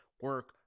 Work